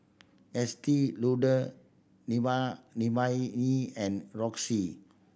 Estee Lauder E and Roxy